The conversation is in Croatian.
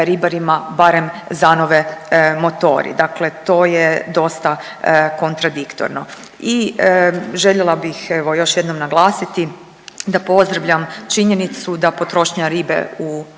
ribarima barem zanove motori, dakle, to je dosta kontradiktorno. I željela bih evo još jednom naglasiti da pozdravljam činjenicu da potrošnja ribe u